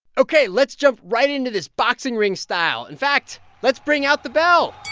ok. let's jump right into this, boxing ring style. in fact, let's bring out the bell